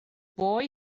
boy